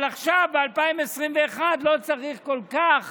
אבל עכשיו, ב-2021, לא צריך כל כך